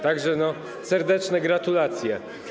Tak że serdeczne gratulacje.